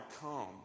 come